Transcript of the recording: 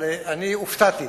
אבל אני הופתעתי.